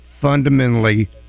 fundamentally